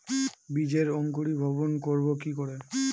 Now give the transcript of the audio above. বীজের অঙ্কুরিভবন করব কি করে?